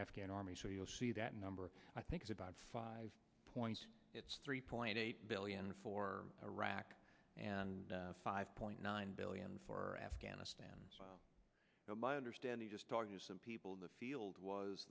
afghan army so you'll see that number i think is about five points it's three point eight billion for iraq and five point nine billion for afghanistan but my understanding just talking to some people in the field was